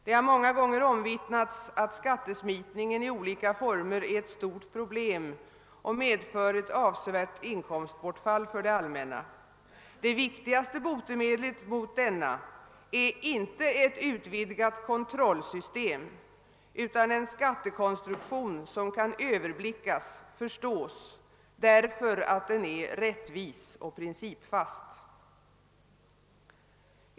Det har många gånger omvittnats att skattesmitningen i olika former är ett stort problem och innebär ett avsevärt inkomstbortfall för det allmänna. Det viktigaste botemedlet är emellertid inte ett utvidgat kontrollsystem utan en skattekonstruktion som kan överblickas och förstås därför att den är rättvis och principfast.